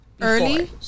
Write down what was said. early